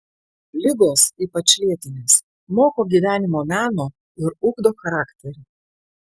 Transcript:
ligos ypač lėtinės moko gyvenimo meno ir ugdo charakterį